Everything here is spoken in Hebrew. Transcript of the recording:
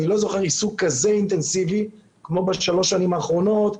אני לא זוכר עיסוק כזה אינטנסיבי כמו בשלוש השנים האחרונות,